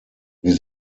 wir